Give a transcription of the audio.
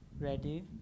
ready